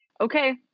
Okay